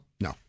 No